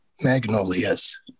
Magnolias